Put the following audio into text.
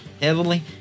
heavily